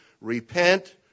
Repent